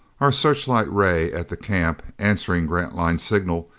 our search light ray at the camp, answering grantline's signal,